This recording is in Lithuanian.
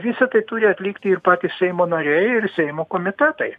visa tai turi atlikti ir patys seimo nariai ir seimo komitetai